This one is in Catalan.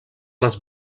les